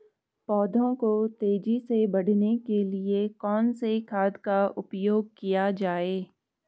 पौधों को तेजी से बढ़ाने के लिए कौन से खाद का उपयोग किया जाए?